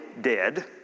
dead